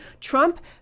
Trump